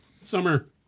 Summer